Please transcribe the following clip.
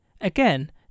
Again